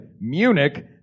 Munich